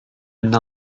une